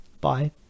bye